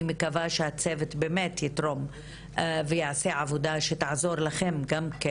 מקווה שהצוות יתרום ויעשה עבודה שתעזור לכם גם.